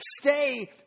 stay